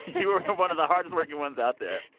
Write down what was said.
you were one of the hardest working ones out there.